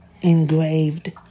engraved